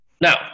Now